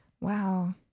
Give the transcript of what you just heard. Wow